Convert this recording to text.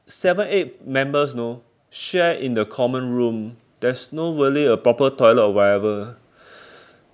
seven eight members know share in the common room there's no really a proper toilet or whatever